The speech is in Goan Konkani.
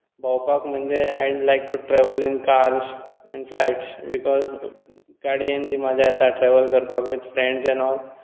भोंवपाक म्हणजें I like to travel in cars आनी फ्लायट्स बिकोज गाडयेन जी मज्जा येता विथ फ्रेंड्स एंड ऑल